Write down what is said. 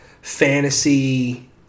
fantasy